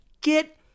get